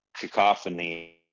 cacophony